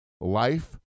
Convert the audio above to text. life